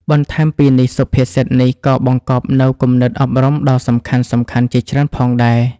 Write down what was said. បន្ថែមពីនេះ សុភាសិតនេះក៏បង្កប់នូវគំនិតអប់រំដ៏សំខាន់ៗជាច្រើនផងដែរ។